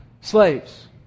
Slaves